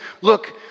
look